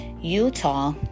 Utah